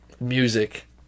music